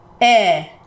Air